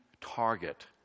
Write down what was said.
target